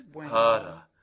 harder